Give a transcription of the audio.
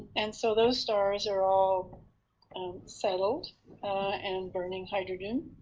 and so those stars are all settled and burning hydrogen.